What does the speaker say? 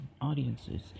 audiences